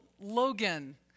Logan